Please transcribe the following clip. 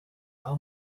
how